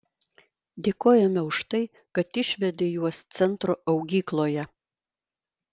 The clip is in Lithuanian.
dėkojame už tai kad išvedė juos centro augykloje